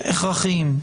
הכרחיים.